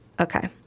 Okay